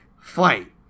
fight